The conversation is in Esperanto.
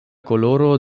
koloro